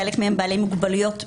חלק מהם בעלי מוגבלויות מגוונות,